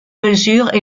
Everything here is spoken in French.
mesures